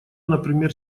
например